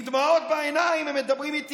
עם דמעות בעיניים הם מדברים איתי.